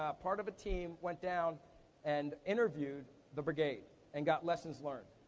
ah part of a team, went down and interviewed the brigade and got lessons learned.